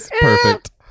perfect